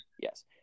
Yes